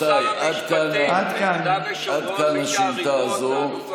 אבל רבותיי, עד כאן השאילתה הזו.